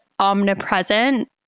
Omnipresent